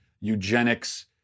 eugenics